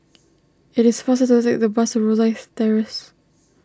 it is faster to take the bus Rosyth Terrace